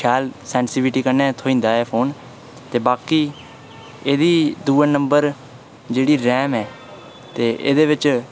ते शैल सेंसिटिविटी कन्नै थ्होई जंदा ऐ एह् फोन ते बाकी एह्दी दूए नंबर जेह्ड़ी रैम ऐ ते एह्दे बिच